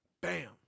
Bam